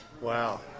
Wow